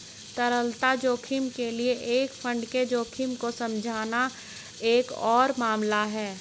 तरलता जोखिम के लिए एक फंड के जोखिम को समझना एक और मामला है